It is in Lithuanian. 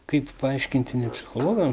kaip paaiškinti ne psichologam